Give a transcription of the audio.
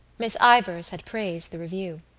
miss ivors had praised the review.